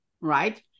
right